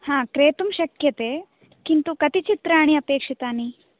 ह क्रेतुं शक्यते किन्तु कति चित्राणि अपेक्षितानि